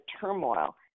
turmoil